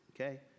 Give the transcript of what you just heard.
Okay